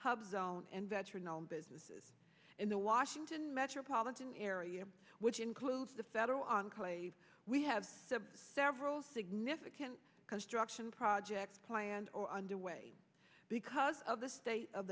hub zone and veteran owned businesses in the washington metropolitan area which includes the federal enclave we have several significant construction projects planned or underway because of the state of